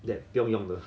that 不用用的